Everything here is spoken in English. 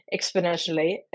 exponentially